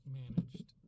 managed